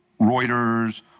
Reuters